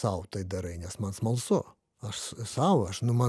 sau tai darai nes man smalsu aš sau aš nu man